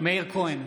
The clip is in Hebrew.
מאיר כהן,